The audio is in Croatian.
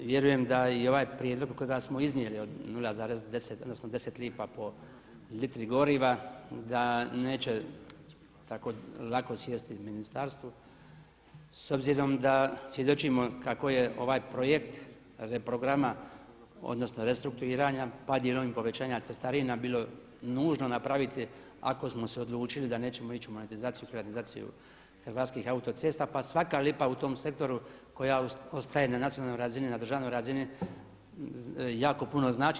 Vjerujem da i ovaj prijedlog kojega smo iznijeli od 0,10 odnosno 10 lipa po litri goriva da neće tako lako sjesti ministarstvu s obzirom da svjedočimo kako je ovaj projekt reprograma, odnosno restrukturiranja, pa dijelom i povećanja cestarina bilo nužno napraviti ako smo se odlučili da nećemo ići u monetizaciju, privatizaciju Hrvatskih autocesta, pa svaka lipa u tom sektoru koja ostaje na nacionalnoj razini, na državnoj razini jako puno znači.